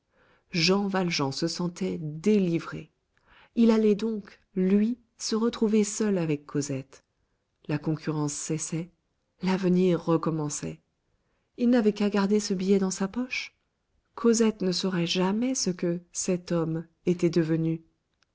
jean valjean se sentait délivré il allait donc lui se retrouver seul avec cosette la concurrence cessait l'avenir recommençait il n'avait qu'à garder ce billet dans sa poche cosette ne saurait jamais ce que cet homme était devenu